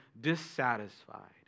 dissatisfied